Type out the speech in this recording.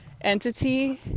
entity